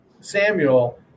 Samuel